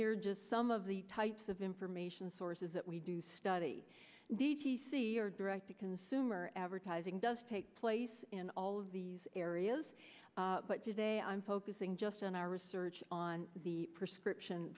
are just some of the types of information sources that we do study d t c or direct to consumer advertising does take place in all of these areas but today i'm focusing just on our research on the prescription